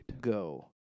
go